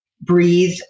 breathe